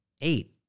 eight